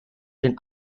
den